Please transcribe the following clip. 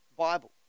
bible